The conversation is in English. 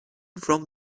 from